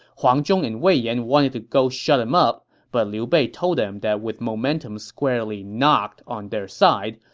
huang zhong and wei yan wanted to go shut him up, but liu bei told them that with momentum squarely not on their side,